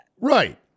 Right